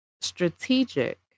strategic